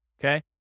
Okay